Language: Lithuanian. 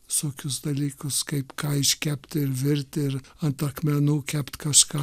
visokius dalykus kaip ką iškepti ir virti ir ant akmenų kept kažką